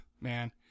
man